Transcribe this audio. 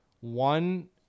One